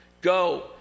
Go